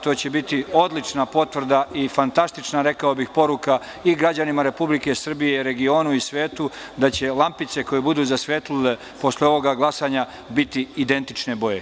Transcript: To će biti odlična potvrda i fantastična, rekao bih, poruka i građanima Republike Srbije, regionu i svetu da će lampice koje budu zasvetlele posle ovoga glasanja biti identične boje.